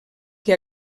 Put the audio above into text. que